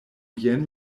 jen